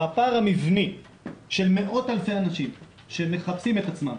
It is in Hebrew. הפער המבני של מאות אלפי אנשים שמחפשים את עצמם,